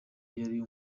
yari